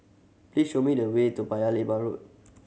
please show me the way to Paya Lebar Road